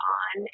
on